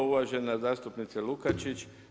Uvažena zastupnice Lukačić.